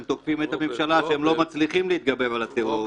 תוקפים את הממשלה שהם לא מצליחים להתגבר על הטרור,